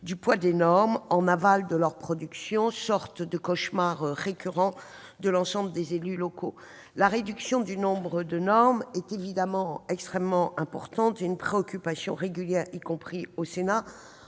du poids des normes en aval de leur production, sorte de cauchemar récurrent de l'ensemble des élus locaux. La réduction du nombre de normes est évidemment une préoccupation extrêmement importante, régulièrement exprimée au Sénat.